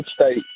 State